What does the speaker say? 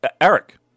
eric